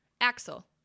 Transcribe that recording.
Axel